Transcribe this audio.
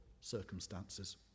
circumstances